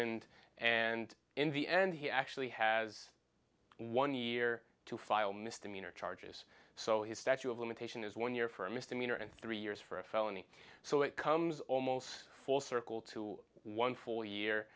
summoned and in the end he actually has one year to file misdemeanor charges so his statue of limitation is one year for a misdemeanor and three years for a felony so it comes almost full circle to one full year